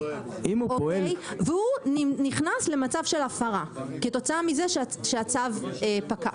והוא נכנס למצב של הפרה כתוצאה מזה שהצו פקע.